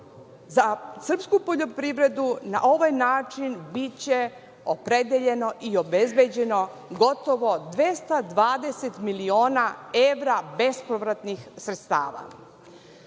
za srpsku poljoprivredu na ovaj način biće opredeljeno i obezbeđeno gotovo 220 miliona evra bespovratnih sredstava. Danas